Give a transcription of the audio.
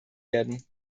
werden